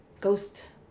Ghost